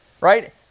right